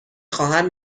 خواهم